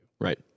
Right